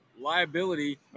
liability